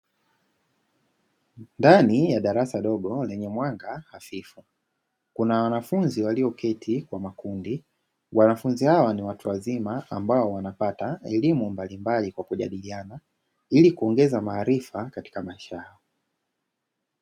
Ndani ya darasa dogo lenye mwanga hafifu, kuna wanafunzi walioketi kwa makundi. Wanafunzi hawa ni watu wazima ambao wanapata elimu mbalimbali kwa kujadiliana; ili kuongeza maarifa katika maisha yao.